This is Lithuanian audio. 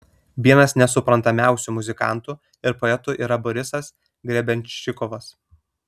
vienas nesuprantamiausių muzikantų ir poetų yra borisas grebenščikovas